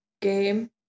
game